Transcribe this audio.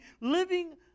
living